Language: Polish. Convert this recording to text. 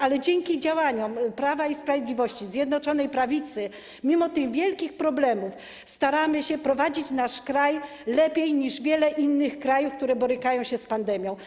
Ale dzięki działaniom Prawa i Sprawiedliwości oraz Zjednoczonej Prawicy mimo tych wielkich problemów staramy się prowadzić nasz kraj lepiej niż wiele innych krajów, które borykają się z pandemią.